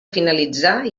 finalitzar